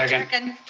yeah second.